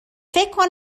فکر